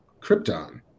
Krypton